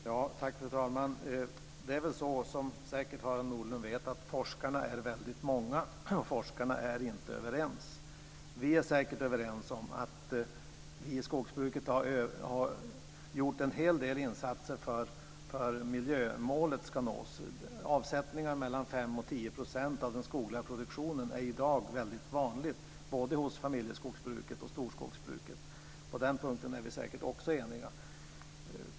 Fru talman! Som Harald Nordlund säkert vet är forskarna väldigt många, och forskarna är inte överens. Vi är säkert överens om att vi i skogsbruket har gjort en hel del insatser för att miljömålet ska nås. Avsättningar på mellan 5 och 10 % av den skogliga produktionen är i dag mycket vanliga, både i familjeskogsbruket och i storskogsbruket. På den punkten är vi säkert också eniga.